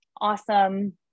awesome